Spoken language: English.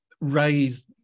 raise